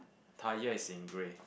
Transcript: tyre is in grey